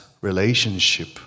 relationship